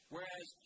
Whereas